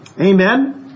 Amen